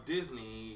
Disney